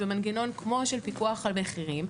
מנגנון כמו של פיקוח על מחירים,